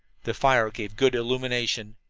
the fire gave good illumination.